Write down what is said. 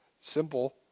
simple